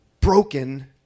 broken